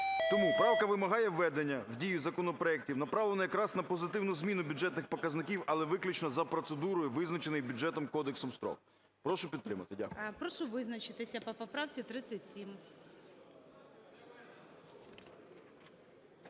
Тому правка вимагає введення в дію законопроектів, направлена якраз на позитивну зміну бюджетних показників, але виключно за процедурою, визначеною Бюджетним кодексом, справ. Прошу підтримати. Дякую. ГОЛОВУЮЧИЙ. Прошу визначитися по поправці 37.